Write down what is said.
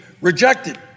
rejected